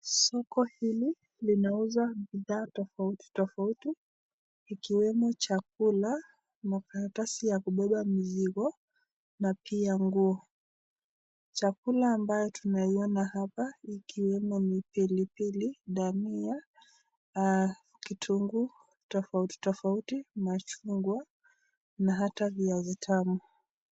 Soko hili linauza bidhaa tofauti tofauti ikiwemo chakula, makaratasi ya kupepa mizigo na pia nguo. Chakula ambayo tunaiona hapa ikiwemo pilipili, dania, kitunguu tofauti tofauti, machungwa na hata viazi tamu.